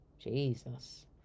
Jesus